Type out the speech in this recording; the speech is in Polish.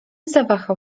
zawahał